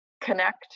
connect